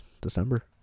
December